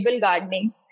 gardening